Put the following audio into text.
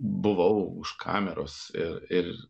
buvau už kameros ir